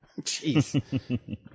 Jeez